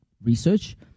research